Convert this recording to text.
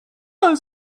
does